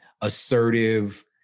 assertive